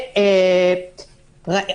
הרשות,